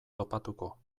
topatuko